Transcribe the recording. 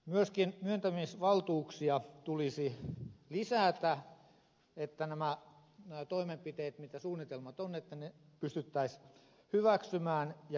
myöskin myöntämisvaltuuksia tulisi lisätä että nämä toimenpiteet joita suunnitelmissa on pystyttäisiin hyväksymään ja käynnistämään